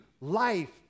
life